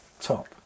top